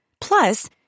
Plus